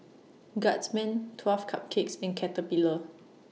Guardsman twelve Cupcakes and Caterpillar